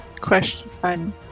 Question